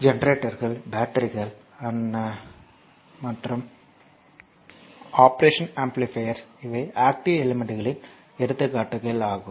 ஜெனரேட்டர்கள் பேட்டரிகள் and operational amplifier இவை ஆக்ட்டிவ் எலிமெண்ட்ஸ்களின் எடுத்துக்காட்டுக்கள் ஆகும்